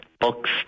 books